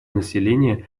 население